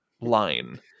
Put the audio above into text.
line